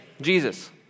Jesus